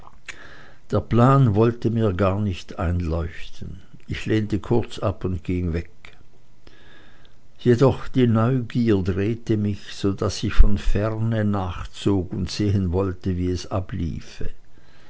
der plan wollte mir gar nicht einleuchten ich lehnte kurz ab und ging weg jedoch die neugier drehte mich daß ich von ferne nachzog und sehen wollte wie es abliefe